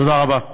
תודה רבה.